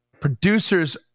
producers